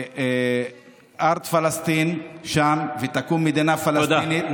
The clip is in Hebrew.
וארד פלסטין שם, ותקום מדינה פלסטינית, תודה.